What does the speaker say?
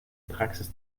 praxis